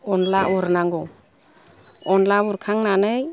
अनला उरनांगौ अनला उरखांनानै